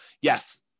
yes